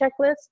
checklist